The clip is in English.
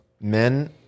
men